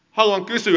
haluan kysyä